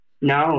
No